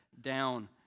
down